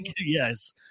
yes